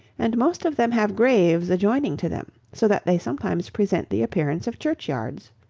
and most of them have graves adjoining to them so that they sometimes present the appearance of church-yards.